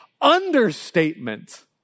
understatement